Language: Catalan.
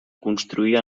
construir